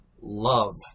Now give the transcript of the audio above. love